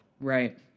Right